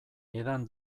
edan